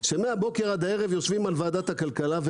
שמהבוקר עד הבוקר יושבים על ועדת הכלכלה,